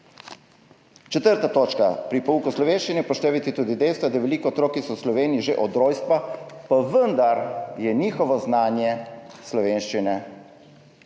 Četrta točka: pri pouku slovenščine upoštevati tudi dejstvo, da je veliko otrok, ki so v Sloveniji že od rojstva, pa vendar njihovo znanje slovenščine